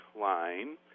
line